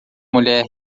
mulher